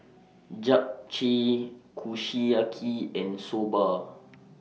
Japchae Kushiyaki and Soba